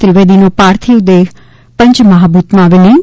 ત્રિવેદીનો પાર્થિવ દેહ પંચમહાભૂતમાં વિલિન